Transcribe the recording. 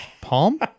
palm